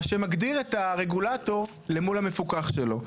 מה שמגדיר את הרגולטור למול המפוקח שלו.